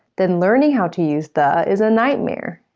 then learning how to use the is a nightmare!